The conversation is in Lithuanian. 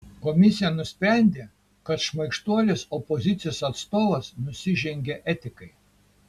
komisija nusprendė kad šmaikštuolis opozicijos atstovas nusižengė etikai